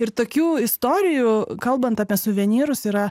ir tokių istorijų kalbant apie suvenyrus yra